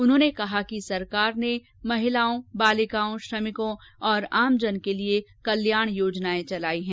उन्होंने कहा कि सरकार ने महिलाओं बालिकाओं श्रमिकों और आमजन के लिए कल्याण योजनाए चलायी हैं